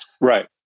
Right